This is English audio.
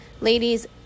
ladies